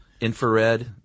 infrared